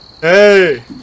hey